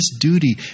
duty